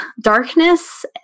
darkness